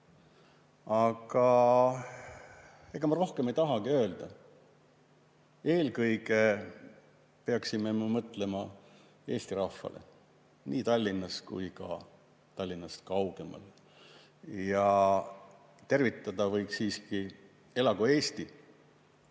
Ega ma rohkem ei tahagi öelda. Eelkõige peaksime mõtlema Eesti rahvale nii Tallinnas kui ka Tallinnast kaugemal. Ja tervitada võiks siiski: "Elagu Eesti!"